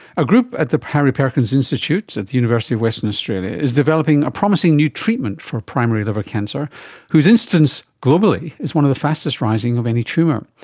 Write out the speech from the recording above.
a group at the harry perkins institute at the university of western australia is developing a promising new treatment for primary liver cancer whose incidence globally is one of the fastest rising of any tumour.